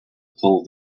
pull